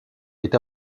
est